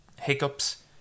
hiccups